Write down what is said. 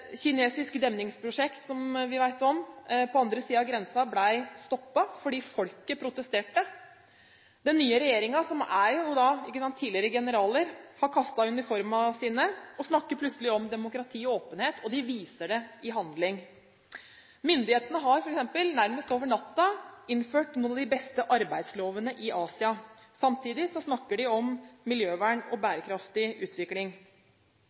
kinesisk demningsprosjekt vi vet om på den andre siden av grensen, ble stoppet fordi folket protesterte. Den nye regjeringen – som altså er tidligere generaler – har kastet uniformene sine og snakker plutselig om demokrati og åpenhet, og de viser det i handling. Myndighetene har f.eks. – nærmest over natten – innført noen av de beste arbeidslovene i Asia. Samtidig snakker de om miljøvern og bærekraftig utvikling.